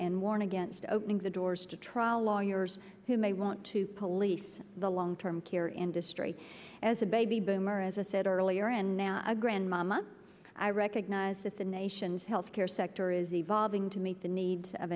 and warn against opening the doors to trial lawyers who may want to police the long term care industry as a baby boomer as i said earlier and now a grand mama i recognize that the nation's health care sector is evolving to meet the needs of